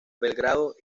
belgrado